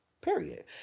period